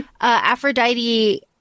Aphrodite